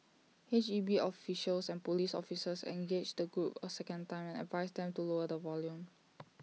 H E B officials and Police officers engaged the group A second time and advised them to lower the volume